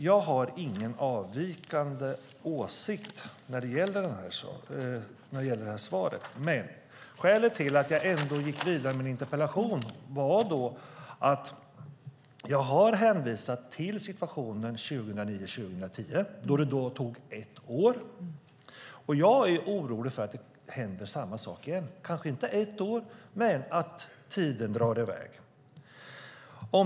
Jag har ingen avvikande åsikt när det gäller det här svaret, men skälet till att jag ändå gick vidare med en interpellation var att jag har hänvisat till situationen 2009-2010 då det tog ett år. Jag är orolig för att det händer samma sak igen, kanske inte att det tar ett år, men att tiden drar i väg.